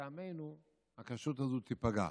לטעמנו הכשרות הזאת תיפגע,